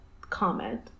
comment